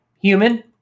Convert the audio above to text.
human